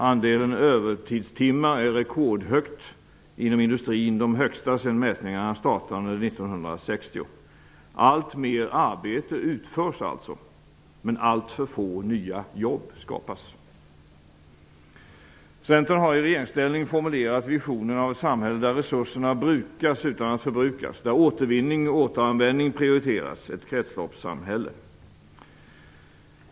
Andelen övertidstimmar är rekordstor, inom industrin den största sedan mätningarna startade 1960. Alltmer arbete utförs alltså, men alltför få nya jobb skapas. Centern har i regeringsställning formulerat visionen om ett samhälle där resurserna brukas utan att förbrukas, där återvinning och återanvändning prioriteras -- ett kretsloppssamhälle.